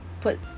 put